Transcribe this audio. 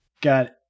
Got